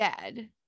dead